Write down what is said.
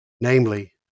namely